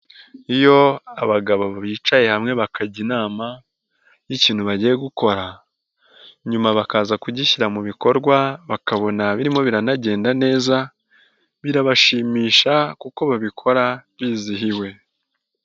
Iyo abagabo bicaye hamwe bakajya inama y'ikintu bagiye gukora, nyuma bakaza kugishyira mu bikorwa, bakabona birimo biranagenda neza, birabashimisha kuko babikora bizihiwe.